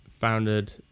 founded